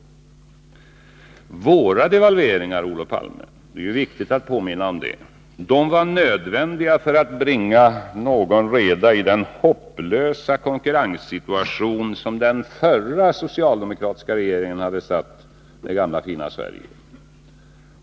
Våra devalveringar, Olof Palme, var — det är viktigt att påminna om det — nödvändiga för att bringa någon reda i den hopplösa konkurrenssituation som den förra socialdemokratiska regeringen hade försatt det gamla fina Sverige i.